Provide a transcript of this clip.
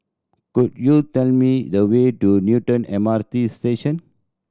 could you tell me the way to Newton M R T Station